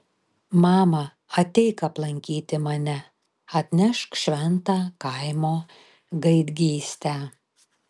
mama ateik aplankyti mane atnešk šventą kaimo gaidgystę